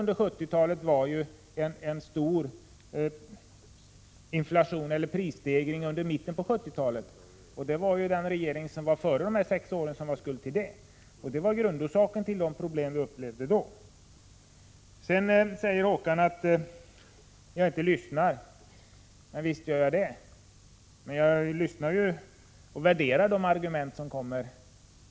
Vad som inträffade var den stora prisstegringen i mitten av 1970-talet. Men det var ju den regering vi hade före de sex borgerliga åren som bar skulden därtill, och det var grundorsaken till de problem som vi upplevde under de aktuella åren. Sedan säger Håkan Strömberg att jag inte lyssnar, men visst gör jag det. Jag lyssnar till och värderar de argument som framförs.